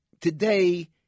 today